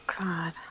God